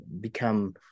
become